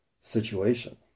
situation